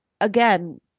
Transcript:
again